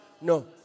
no